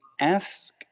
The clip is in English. ask